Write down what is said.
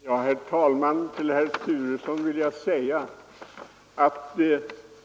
Herr talman!